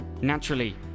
Naturally